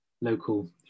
local